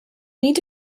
need